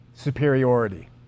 superiority